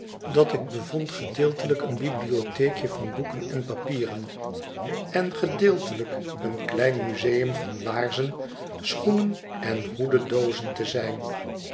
dat ik bevond gedeeltelijk een bibliotheekje van boeken en papieren en gedeeltelijk een klein museum van laarzen schoenen en hoededoozen te zijn